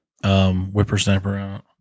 Whippersnapper